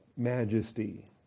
majesty